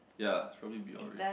ya it's probably Biore